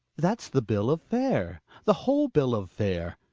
that's the bill of fare the whole bill of fare.